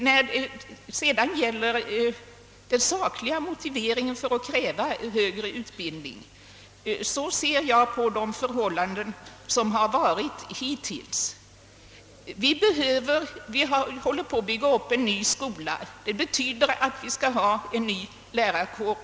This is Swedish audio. När det gäller den sakliga motiveringen för att kräva högre utbildning ser jag på de förhållanden som har rått hittills. Vi håller på att bygga upp en ny skola. Det betyder att vi också skall ha en ny lärarkår.